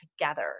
together